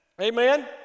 amen